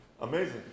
Amazing